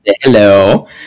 hello